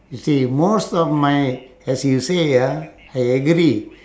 you see most of my as you say ah I agree